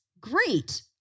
great